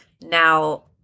Now